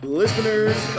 listeners